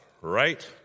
right